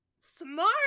smart